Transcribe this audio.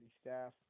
staff